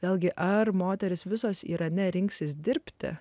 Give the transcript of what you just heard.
vėlgi ar moterys visos irane rinksis dirbti